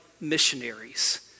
missionaries—